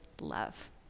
love